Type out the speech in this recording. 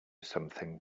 something